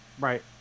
Right